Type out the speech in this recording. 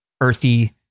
earthy